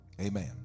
Amen